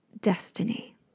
DESTINY